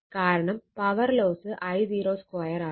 കാരണം power loss I02 R ആണ്